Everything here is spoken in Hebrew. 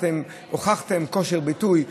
אתם הוכחתם כושר ביטוי,